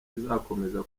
izakomeza